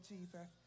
Jesus